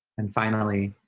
and finally,